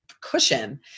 cushion